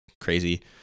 crazy